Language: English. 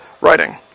writing